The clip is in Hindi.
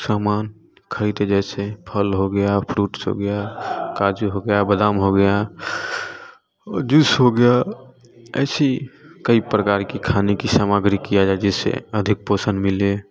समान खरीदे जैसे फल हो गया फ्रूट्स हो गया काजू हो गया बदाम हो गया और डिस हो गया ऐसी कई प्रकार की खाने की सामाग्री किया जाए जिससे अधिक पोषण मिले